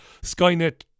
Skynet